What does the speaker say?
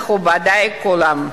מכובדי כולם,